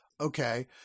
okay